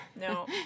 no